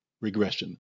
regression